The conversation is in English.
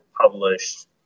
published